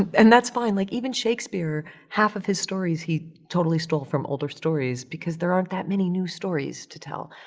and that's fine. like, even shakespeare, half of his stories he totally stole from older stories because there aren't that many new stories to tell.